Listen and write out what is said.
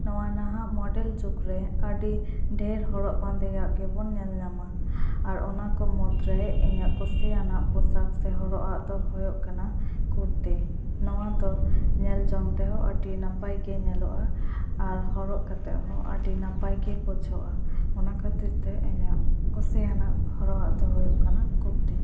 ᱱᱚᱣᱟ ᱱᱟᱦᱟᱜ ᱢᱳᱰᱮᱞ ᱡᱩᱜᱽ ᱨᱮ ᱟᱹᱰᱤ ᱰᱷᱮᱨ ᱦᱚᱨᱚᱜ ᱵᱟᱸᱫᱮᱭᱟᱜ ᱜᱮᱵᱚᱱ ᱧᱮᱞ ᱧᱟᱢᱟ ᱟᱨ ᱚᱱᱟ ᱠᱚ ᱢᱩᱫ ᱨᱮ ᱤᱧᱟᱹᱜ ᱠᱩᱥᱤᱭᱟᱱᱟᱜ ᱯᱳᱥᱟᱠ ᱥᱮ ᱦᱚᱨᱚᱜᱼᱟ ᱫᱚ ᱦᱩᱭᱩᱜ ᱠᱟᱱᱟ ᱠᱩᱨᱛᱤ ᱱᱚᱣᱟ ᱫᱚ ᱧᱮᱞ ᱡᱚᱝ ᱛᱮᱦᱚᱸ ᱟᱹᱰᱤ ᱱᱟᱯᱟᱭ ᱜᱮ ᱧᱮᱞᱚᱜᱼᱟ ᱟᱨ ᱦᱚᱨᱚᱜ ᱠᱟᱛᱮ ᱦᱚᱸ ᱟᱹᱰᱤ ᱱᱟᱯᱟᱭ ᱜᱮ ᱵᱩᱡᱷᱟᱹᱜᱼᱟ ᱚᱱᱟ ᱠᱷᱟᱹᱛᱤᱨ ᱛᱮ ᱤᱧᱟᱹᱜ ᱠᱩᱥᱤᱭᱟᱱᱟᱜ ᱦᱚᱨᱚ ᱟᱜ ᱫᱚ ᱦᱩᱭᱩᱜ ᱠᱟᱱᱟ ᱠᱩᱨᱛᱤ